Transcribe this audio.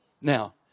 Now